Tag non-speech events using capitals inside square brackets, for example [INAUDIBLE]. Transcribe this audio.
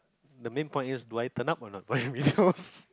the main point is do I turn up or not for remedials [LAUGHS]